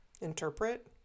Interpret